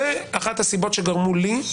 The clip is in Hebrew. זאת אחת הסיבות שגרמו לי,